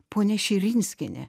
ponia širinskienė